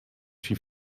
syn